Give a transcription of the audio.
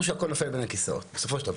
שהכול נופל בין הכיסאות בסופו של דבר,